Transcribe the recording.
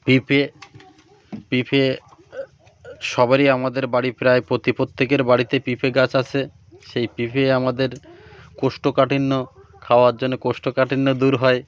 পেঁপে পেঁপে সবারই আমাদের বাড়ি প্রায় প্রত্যেকের বাড়িতে পেঁপে গাছ আছে সেই পেঁপে আমাদের কোষ্ঠকাঠিন্য খাওয়ার জন্য কোষ্ঠকাঠিন্য দূর হয়